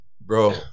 bro